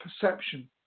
perception